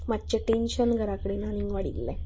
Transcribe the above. मात्शे टेन्शन घरा कडेन वाडिल्लें